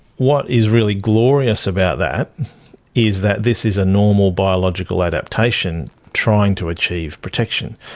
what is really glorious about that is that this is a normal biological adaptation trying to achieve protection.